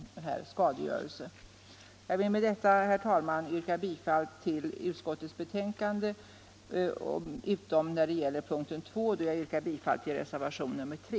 Jag vill med detta, herr talman, yrka bifall till utskottets hemställan utom när det gäller punkten 2, där jag yrkar bifall till reservationen 3.